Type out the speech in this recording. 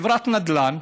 חברת נדל"ן,